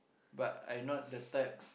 but I not the type